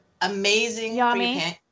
Amazing